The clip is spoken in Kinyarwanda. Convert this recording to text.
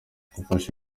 gufasha